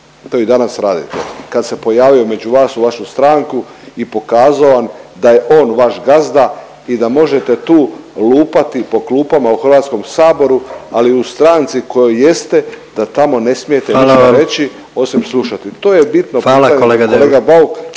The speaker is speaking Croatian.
To i danas radite. Kad se pojave među vas u vašu stranku i pokazao vam da je on vaš gazda i da možete tu lupati po klupama u Hrvatskom saboru, ali u stranci kojoj jeste da tamo ne smijete ništa reći … …/Upadica predsjednik: